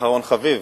זה נקרא אחרון חביב.